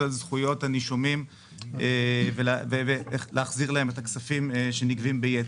על זכויות הנישומים ולהחזיר להם את הכספים שנגבים ביתר.